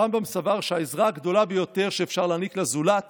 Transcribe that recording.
הרמב"ם סבר שהעזרה הגדולה ביותר שאפשר להעניק לזולת